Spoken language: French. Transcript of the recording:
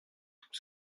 tout